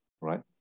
right